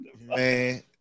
Man